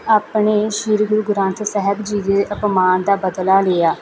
ਆਪਣੇ ਸ਼੍ਰੀ ਗੁਰੂ ਗ੍ਰੰਥ ਸਾਹਿਬ ਜੀ ਦੇ ਅਪਮਾਨ ਦਾ ਬਦਲਾ ਲਿਆ